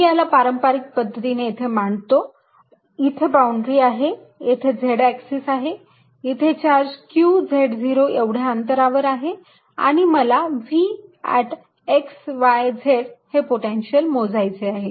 मी याला पारंपारिक पद्धतीने येथे मांडतो येथे बाउंड्री आहे येथे z अॅक्सिस आहे इथे चार्ज q z0 एवढ्या अंतरावर आहे आणि मला V x y z हे पोटेन्शियल मोजायचे आहे